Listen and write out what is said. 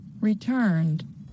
returned